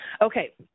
Okay